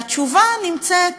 והתשובה נמצאת